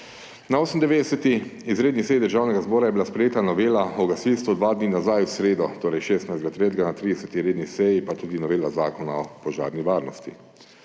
Na 98. izredni seji Državnega zbora je bila sprejeta novela Zakona o gasilstvu, dva dni nazaj, v sredo, torej 16. 3., na 30. redni seji pa tudi novela Zakona o požarni varnosti.